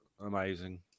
amazing